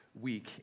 week